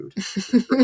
food